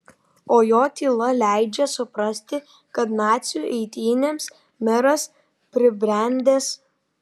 o jo tyla leidžia suprasti kad nacių eitynėms meras pribrendęs